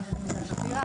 עו"ד מיטל שפירא,